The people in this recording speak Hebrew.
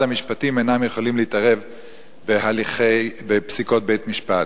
המשפטים אינם יכולים להתערב בפסיקות בית-משפט.